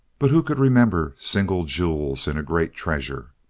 but who could remember single jewels in a great treasure?